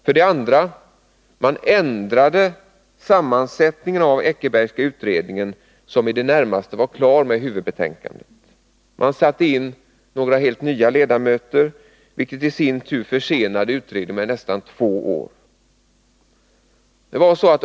För det andra: Man ändrade sammansättningen av den Eckerbergska utredningen, som i det närmaste var klar med huvudbetänkandet. Man satte in några helt nya ledamöter, vilket i sin tur försenade utredningen med nästan två år.